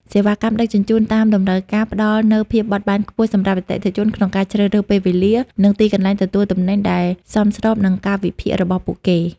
សេវាកម្មដឹកជញ្ជូនតាមតម្រូវការផ្តល់នូវភាពបត់បែនខ្ពស់សម្រាប់អតិថិជនក្នុងការជ្រើសរើសពេលវេលា និងទីកន្លែងទទួលទំនិញដែលសមស្របនឹងកាលវិភាគរបស់ពួកគេ។